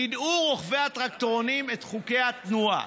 ידעו רוכבי הטרקטורונים את חוקי התנועה.